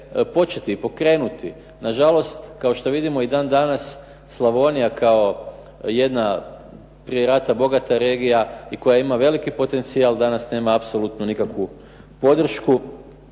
početi pokrenuti. Na žalost, kao što vidimo i dan danas Slavonija kao jedna prije rata bogata regija i koja ima veliki potencija, danas nema apsolutno nikakvu podršku